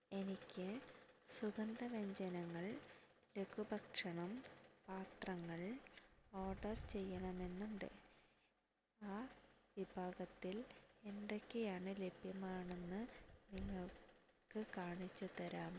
എനിക്ക് സുഗന്ധവ്യഞ്ജനങ്ങൾ ലഘുഭക്ഷണം പാത്രങ്ങൾ ഓർഡർ ചെയ്യണമെന്നുണ്ട് ആ വിഭാഗത്തിൽ എന്തൊക്കെയാണ് ലഭ്യമാണെന്ന് നിങ്ങൾക്ക് കാണിച്ചു തരാമോ